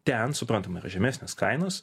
ten suprantame kad žemesnės kainos